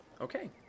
Okay